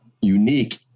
unique